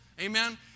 amen